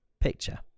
picture